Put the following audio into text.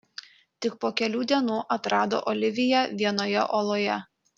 tik po kelių dienų atrado oliviją vienoje oloje